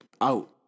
out